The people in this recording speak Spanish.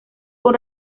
con